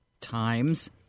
times